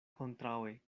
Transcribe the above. kontraŭe